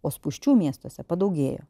o spūsčių miestuose padaugėjo